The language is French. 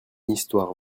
histoire